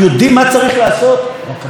רק הביורוקרטיה הורגת אותנו.